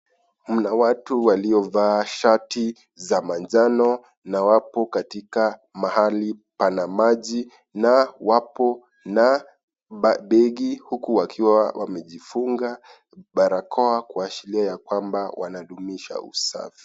Mna watu waliovaa shati za manjano, na wapo katika mahali pana maji, na wapo na begi huku wakiwa wamejifunga barakoa, kuashiria ya kwamba wanadumisha usafi.